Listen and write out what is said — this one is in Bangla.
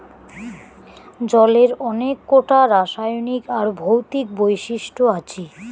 জলের অনেক কোটা রাসায়নিক আর ভৌতিক বৈশিষ্ট আছি